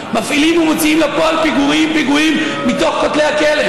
כי גם עיסאווי פריג', חבר שלי, יאללה, יאללה.